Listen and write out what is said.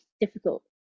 difficult